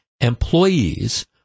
employees